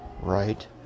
right